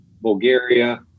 Bulgaria